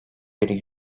biri